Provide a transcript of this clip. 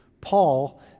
paul